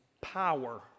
power